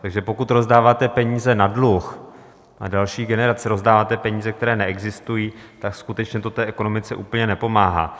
Takže pokud rozdáváte peníze na dluh pro další generace, rozdáváte peníze, které neexistují, tak skutečně to ekonomice úplně nepomáhá.